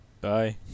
Bye